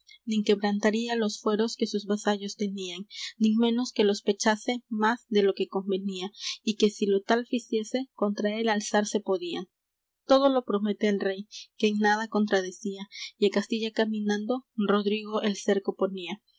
nin quebrantaría los fueros que sus vasallos tenían nin menos que los pechase más de lo que convenía y que si lo tal ficiese contra él alzarse podían todo lo promete el rey que en nada contradecía y á castilla caminando rodrigo el cerco